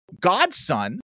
godson